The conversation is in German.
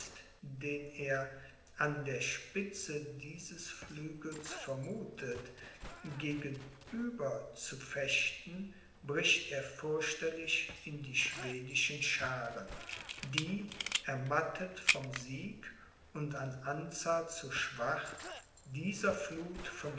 den er an der spitze dieses flügels vermuthet gegenüber zu fechten bricht er fürchterlich in die schwedischen schaaren die ermattet vom sieg und an anzahl zu schwach dieser fluth